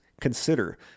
Consider